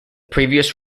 previous